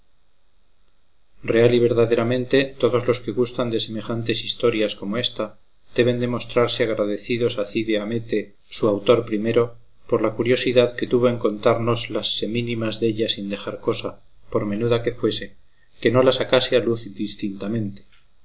real y verdaderamente todos los que gustan de semejantes historias como ésta deben de mostrarse agradecidos a cide hamete su autor primero por la curiosidad que tuvo en contarnos las semínimas della sin dejar cosa por menuda que fuese que no la sacase a luz distintamente